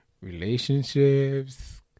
relationships